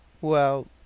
Well